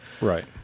Right